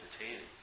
entertaining